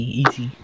easy